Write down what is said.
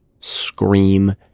scream